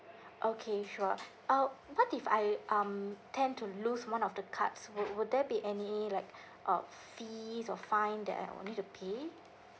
okay sure uh what if I um tend to lose one of the cards would would there be any like uh fees or fine that I'll I'll need to pay